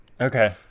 Okay